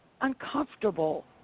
uncomfortable